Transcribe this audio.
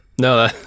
No